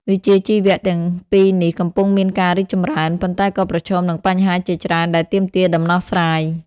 វិជ្ជាជីវៈទាំងពីរនេះកំពុងមានការរីកចម្រើន ប៉ុន្តែក៏ប្រឈមនឹងបញ្ហាជាច្រើនដែលទាមទារដំណោះស្រាយ។